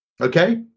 Okay